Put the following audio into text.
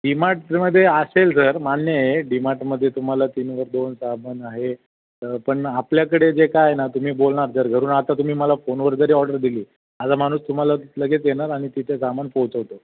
D मार्टमध्ये असेल sir मान्य आहे डी मार्टमध्ये तुम्हाला तीनवर दोन साबण आहे पण आपल्याकडे जे काय ना तुम्ही बोलणार जर घरून आत्ता तुम्ही मला फोनवर जरी ऑर्डर दिली माझा माणूस तुम्हाला लगेच येणार आणि तिथे सामान पोचवतो